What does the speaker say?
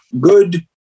good